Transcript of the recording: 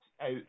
out